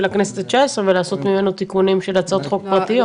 הכנסת ה-19 ולעשות ממנו תיקונים בשביל הצעות חוק פרטיות.